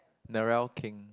Narelle-Kheng